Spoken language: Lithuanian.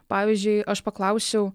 pavyzdžiui aš paklausiau